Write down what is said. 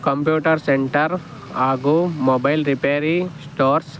computer centre ಹಾಗೂ mobile repair stores